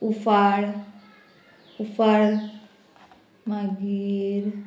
उफाळ उफाळ मागीर